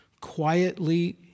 quietly